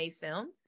film